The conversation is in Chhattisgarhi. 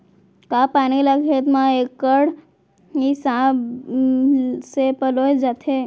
का पानी ला खेत म इक्कड़ हिसाब से पलोय जाथे?